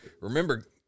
remember